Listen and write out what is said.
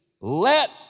let